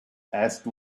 asked